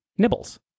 Nibbles